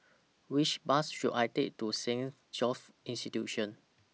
Which Bus should I Take to Saint Joseph's Institution